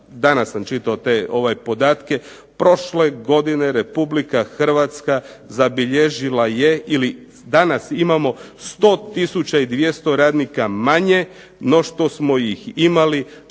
danas sam čitao te podatke prošloj godine Republika Hrvatska zabilježila je ili danas imamo 100 tisuća i 200 radnika manje no što smo ih imali